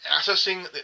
accessing